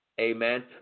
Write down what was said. amen